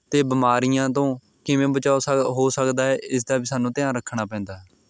ਅਤੇ ਬਿਮਾਰੀਆਂ ਤੋਂ ਕਿਵੇਂ ਬਚਾਅ ਹੋ ਸ ਹੋ ਸਕਦਾ ਹੈ ਇਸ ਦਾ ਵੀ ਸਾਨੂੰ ਧਿਆਨ ਰੱਖਣਾ ਪੈਂਦਾ